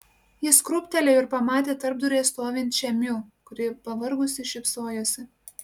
jis krūptelėjo ir pamatė tarpduryje stovinčią miu kuri pavargusi šypsojosi